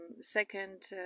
second